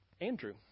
Andrew